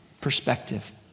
perspective